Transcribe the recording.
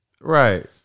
Right